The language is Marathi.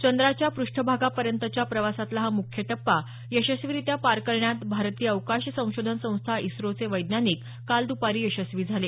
चंद्राच्या पृष्ठभागापर्यंतच्या प्रवासातला हा मुख्य टप्पा यशस्वीरित्या पार करण्यात भारतीय अवकाश संशोधन संस्था इस्रोचे वैज्ञानिक काल दुपारी यशस्वी झाले